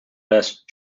best